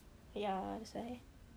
ya that's why